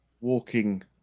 walking